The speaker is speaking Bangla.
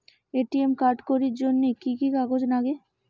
এ.টি.এম কার্ড করির জন্যে কি কি কাগজ নাগে?